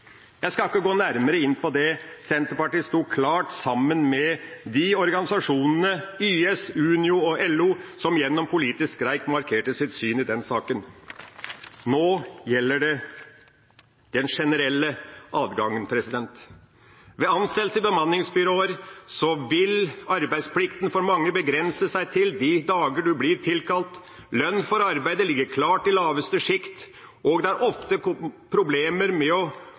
Jeg skal ikke gå nærmere inn på det. Senterpartiet sto klart sammen med de organisasjonene, YS, Unio og LO, som gjennom politisk streik markerte sitt syn i den saken. Nå gjelder det den generelle adgangen. Ved ansettelse i bemanningsbyråer vil arbeidsplikten for mange begrense seg til de dager en blir tilkalt, lønnen for arbeidet ligger klart i laveste sjikt, og det er ofte problemer med å